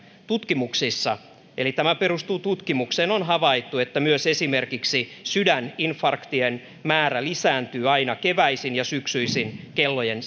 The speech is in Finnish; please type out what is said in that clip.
tutkimuksissa eli tämä perustuu tutkimukseen on havaittu että myös esimerkiksi sydäninfarktien määrä lisääntyy aina keväisin ja syksyisin kellojen